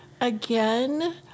Again